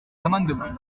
l’amendement